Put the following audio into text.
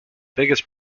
biggest